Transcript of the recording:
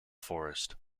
forest